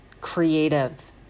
creative